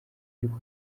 ariko